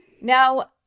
Now